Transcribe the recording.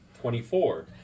Twenty-four